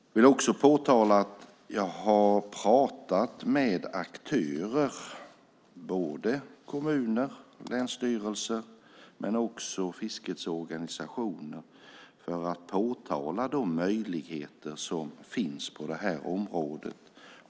Jag vill också påpeka att jag har talat med aktörer - kommuner, länsstyrelser men också fiskets organisationer - för att peka på de möjligheter som finns på detta område.